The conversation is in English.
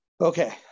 Okay